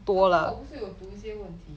刚才我不是有读一些问题